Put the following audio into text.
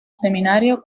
semanario